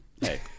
hey